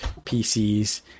PCs